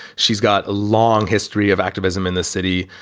she's got a long history of activism in the city,